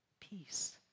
peace